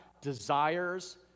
desires